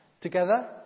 Together